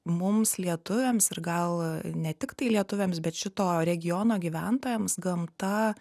mums lietuviams ir gal ne tiktai lietuviams bet šito regiono gyventojams gamta